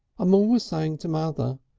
i'm always saying to mother,